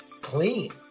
clean